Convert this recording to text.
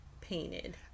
painted